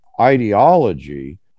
ideology